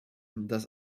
das